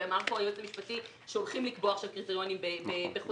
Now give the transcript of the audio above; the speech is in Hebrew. ואמר פה היועץ המשפטי שהולכים לקבוע עכשיו קריטריונים בחוזרים,